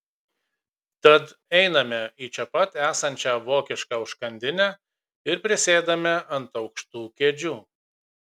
tad einame į čia pat esančią vokišką užkandinę ir prisėdame ant aukštų kėdžių